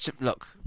look